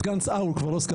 הדבר.